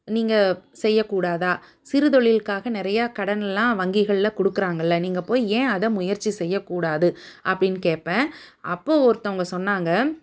நீங்கள் செய்யக்கூடாதா சிறுதொழில்காக நிறையா கடன் எல்லாம் வங்கிகளில் கொடுக்கறாங்கள்ல நீங்கள் போய் ஏன் அதை முயற்சி செய்யக்கூடாது அப்படின்னு கேட்பேன் அப்போது ஒருத்தவங்க சொன்னாங்க